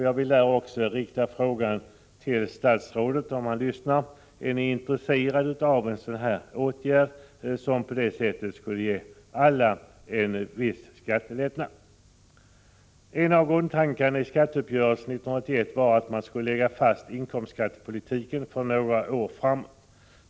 Jag vill rikta frågan till statsrådet Johansson, om han lyssnar: Är ni intresserade av en sådan åtgärd, som skulle ge alla en viss skattelättnad? En av grundtankarna i skatteuppgörelsen 1981 var att man skulle lägga fast inkomstskattepolitiken för några år framåt.